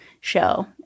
show